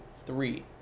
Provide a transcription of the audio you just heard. three